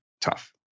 tough